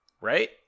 Right